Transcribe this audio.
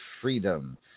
freedom